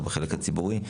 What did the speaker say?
בחלק הציבורי,